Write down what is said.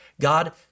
God